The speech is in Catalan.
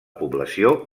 població